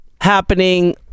happening